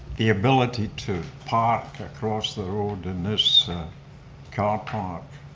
the ability to park across the road in this car park.